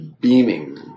beaming